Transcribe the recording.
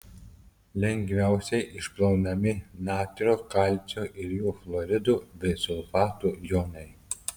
lengviausiai išplaunami natrio kalcio ir jų chloridų bei sulfatų jonai